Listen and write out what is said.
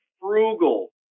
frugal